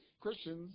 Christians